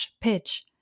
pitch